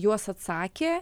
juos atsakė